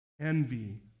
envy